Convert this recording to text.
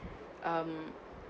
um